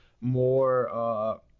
more